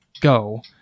go